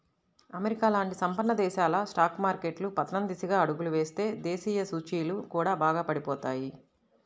America లాంటి సంపన్న దేశాల స్టాక్ మార్కెట్లు పతనం దిశగా అడుగులు వేస్తే దేశీయ సూచీలు కూడా బాగా పడిపోతాయి